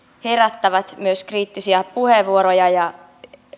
herättävät myös kriittisiä puheenvuoroja ja